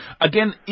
Again